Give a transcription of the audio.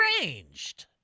arranged